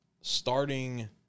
starting